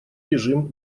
режим